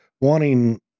wanting